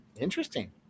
interesting